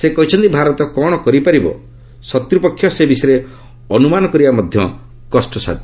ସେ କହିଛନ୍ତି ଭାରତ କ'ଣ କରିପାରିବ ଶତ୍ରପକ୍ଷ ସେ ବିଷୟରେ ଅନ୍ତମାନ କରିବା ମଧ୍ୟ କଷ୍ଟ ସାଧ୍ୟ